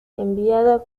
enviado